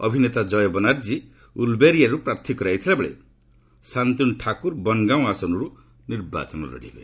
ଅଭିନେତା ଜୟ ବାନାର୍ଜୀ ଉଲ୍ବେରିଆରୁ ପ୍ରାର୍ଥୀ କରାଯାଇଥିବା ବେଳେ ସାନ୍ତନୁ ଠାକୁର ବନଗାଓଁ ଆସନରୁ ନିର୍ବାଚନ ଲଢ଼ିବେ